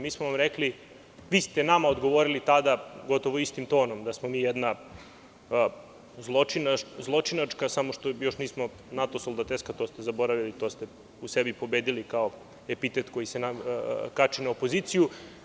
Mi smo vam rekli, odnosno vi ste nama odgovorili tada gotovo istim tonom da smo mi jedna zločinačka samo što još nismo nato soldateska to ste zaboravili, to ste u sebi pobedili kao epitet koji se kači na opoziciju.